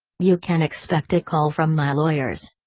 you can expect a call from my lawyers.